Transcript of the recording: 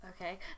Okay